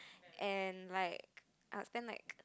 and like I'll spend like